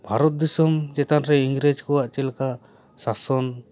ᱵᱷᱟᱨᱚᱛ ᱫᱤᱥᱚᱢ ᱪᱮᱛᱟᱱ ᱨᱮ ᱤᱝᱨᱮᱡ ᱠᱚᱣᱟᱜ ᱪᱮᱫ ᱞᱮᱠᱟ ᱥᱟᱥᱚᱱ